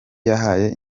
yahaye